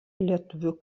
lietuvių